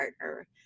partner